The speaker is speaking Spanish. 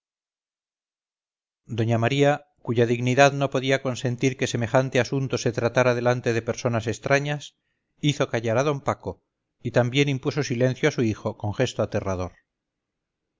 doña maría cuya dignidad no podía consentir que semejante asunto se tratara delante de personas extrañas hizo callar a d paco y también impuso silencio a su hijo con gesto aterrador